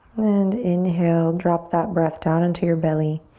then inhale, drop that breath down into your belly.